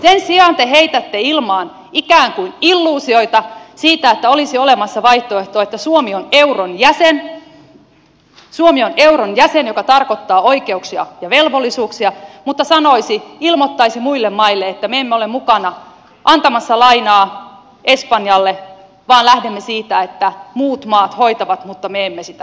sen sijaan te heitätte ilmaan ikään kuin illuusioita siitä että olisi olemassa vaihtoehto että suomi on euron jäsen mikä tarkoittaa oikeuksia ja velvollisuuksia mutta ilmoittaisi muille maille että me emme ole mukana antamassa lainaa espanjalle vaan lähdemme siitä että muut maat hoitavat mutta me emme sitä tee